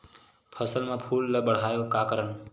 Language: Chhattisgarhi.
फसल म फूल ल बढ़ाय का करन?